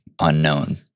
unknown